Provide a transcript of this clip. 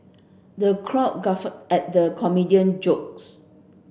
the crowd guffawed at the comedian jokes